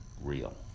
real